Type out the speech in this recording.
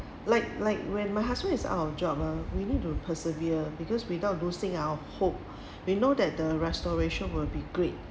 like like when my husband is out of job uh we need to persevere because without boosting our hope we know that the restoration will be great